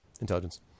intelligence